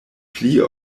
pli